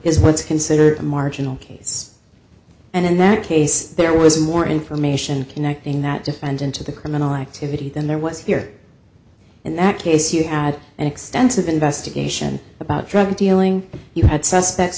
is what's considered a marginal case and in that case there was more information connecting that defendant to the criminal activity than there was here in that case you had an extensive investigation about drug dealing you had suspects